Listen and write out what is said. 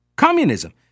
Communism